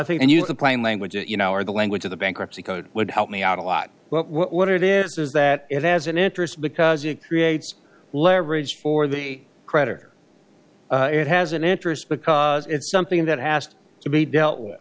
think and use the plain language you know or the language of the bankruptcy code would help me out a lot what it is is that it has an interest because it creates leverage for the creditor it has an interest because it's something that has to be dealt with